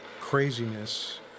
craziness